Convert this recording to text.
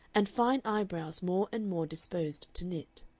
and fine eyebrows more and more disposed to knit.